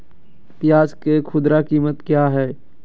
प्याज के खुदरा कीमत क्या है?